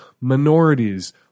minorities